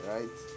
Right